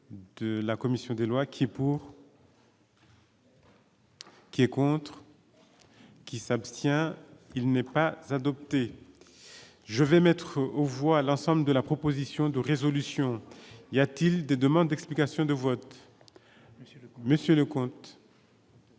de la commission des lois, qui est pour. Qui est contre qui s'abstient, il n'est pas adopté, je vais mettre aux voix à l'ensemble de la proposition de résolution, il y a-t-il des demandes d'explications de vote, monsieur, monsieur